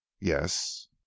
Yes